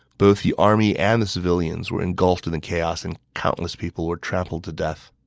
both the army and the civilians were engulfed in the chaos, and countless people were trampled to death.